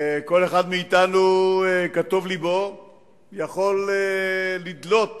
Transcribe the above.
כל אחד מאתנו כטוב בלבו יכול לדלות